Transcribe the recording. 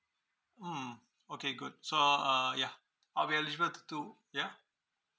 mm okay good so uh yeah I'll be eligible to too yeah